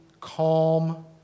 calm